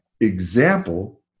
example